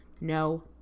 no